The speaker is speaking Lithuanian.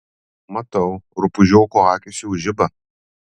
matau rupūžioko akys jau žiba